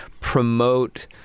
promote